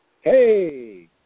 Hey